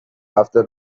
after